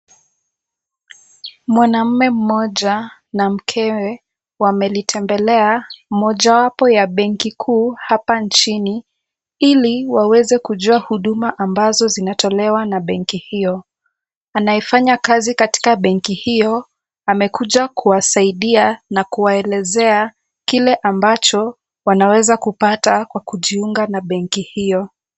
Mwanamme mmoja na mkewe wamalitembelea moja wapo ya benki kuu hapa nchini, ili waweze kujua huduma ambazo zinatolewa na benki hiyo. Anayefanya kazi katika benki hiyo, amekuja kuwasaidia na kuwaelezea kile ambacho wanaweza kupata kwa kujiunga na benki hiyo.